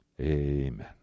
amen